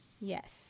Yes